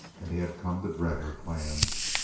and he had come to dread her plans.